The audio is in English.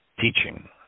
teaching